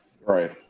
Right